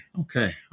Okay